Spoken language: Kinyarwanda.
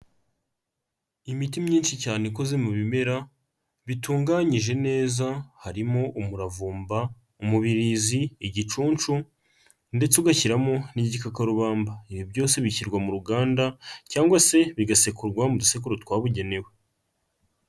Imiti myinshi cyane ikoze mu bimera bitunganyije neza harimo umuravumba, umubirizi, igicuncu ndetse ugashyiramo n'igikakarubamba. Ibi byose bishyirwa mu ruganda cyangwa se bigasekurwa mu dusekuru twabugenewe.